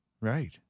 right